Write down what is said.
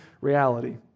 reality